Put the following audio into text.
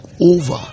over